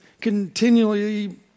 continually